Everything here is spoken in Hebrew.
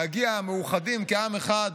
להגיע מאוחדים כעם אחד.